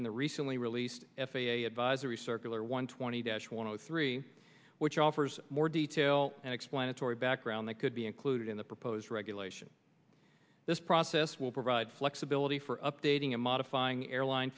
in the recently released f a a advisory circular one twenty dash one o three which offers more detail and explanatory background that could be included in the proposed regulation this process will provide flexibility for updating and modifying airline